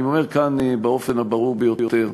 אני אומר כאן באופן הברור ביותר: